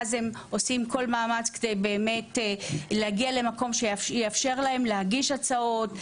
הם עושים כל מאמץ כדי להגיע למקום שיאפשר להם להגיש הצעות,